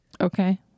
Okay